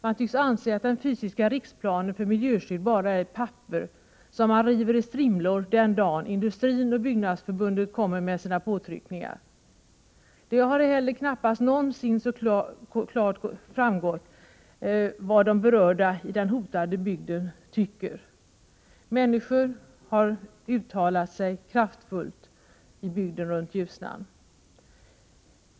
Man tycks anse att den fysiska riksplanen för miljöskydd bara är ett papper som man river i strimlor den dag industrin och Byggnadsförbundet kommer med sina påtryckningar. Det har heller knappast någonsin så klart framgått vad de berörda i den hotade bygden tycker. Människor har uttalat sig kraftfullt i bygden runt Mellanljusnan.